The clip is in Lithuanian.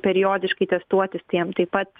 periodiškai testuotis tai jam taip pat